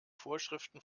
vorschriften